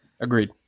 Agreed